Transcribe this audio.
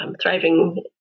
thriving